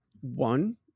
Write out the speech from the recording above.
one